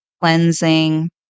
cleansing